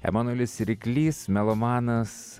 emanuelis ryklys melomanas